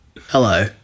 Hello